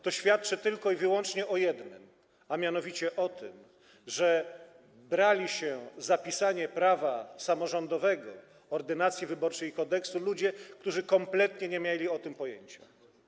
To świadczy tylko i wyłącznie o jednym, a mianowicie o tym, że brali się za pisanie prawa samorządowego, ordynacji wyborczej i kodeksu ludzie, którzy kompletnie nie mieli o tym pojęcia.